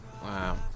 Wow